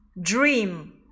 Dream